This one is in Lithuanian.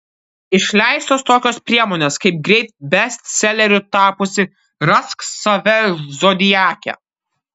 išleistos tokios priemonės kaip greit bestseleriu tapusi rask save zodiake